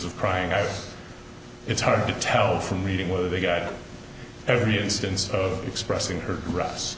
of crying or it's hard to tell from reading whether they got every instance of expressing her gra